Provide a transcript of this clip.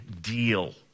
deal